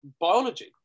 biology